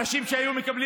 אנשים שהיו מקבלים